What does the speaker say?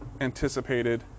anticipated